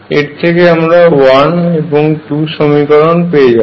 এর থেকে আমরা 1 এবং 2 দুটি সমীকরণ পেয়ে যাব